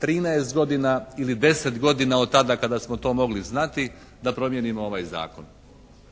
13 godina ili 10 godina od tada kada smo to mogli znati da promijenimo ovaj zakon?